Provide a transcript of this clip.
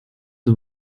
the